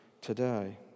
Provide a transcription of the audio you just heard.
today